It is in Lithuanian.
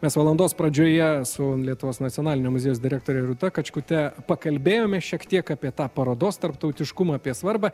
mes valandos pradžioje su lietuvos nacionalinio muziejaus direktore rūta kačkute pakalbėjome šiek tiek apie tą parodos tarptautiškumą apie svarbą